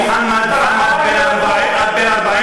מהדי מוחמד חאמד, בן 46,